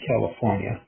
California